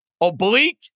Oblique